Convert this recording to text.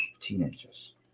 teenagers